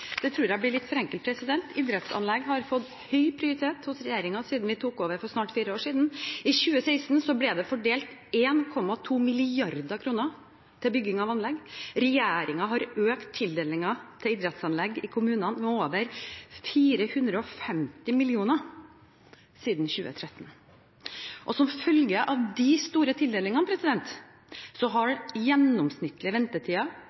har hatt høy prioritet hos regjeringen siden vi tok over for snart fire år siden. I 2016 ble det fordelt 1,2 mrd. kr til bygging av anlegg. Regjeringen har økt tildelingen til idrettsanlegg i kommunene med over 450 mill. kr siden 2013. Som følge av de store tildelingene